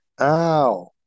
Ow